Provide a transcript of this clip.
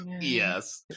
yes